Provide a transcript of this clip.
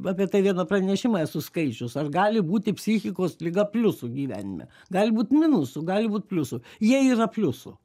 apie tai vieną pranešimą esu skaičius ar gali būti psichikos liga pliusu gyvenime gali būt minusu gali būt pliusu jie yra pliusu